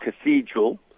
Cathedral